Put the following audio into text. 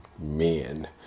men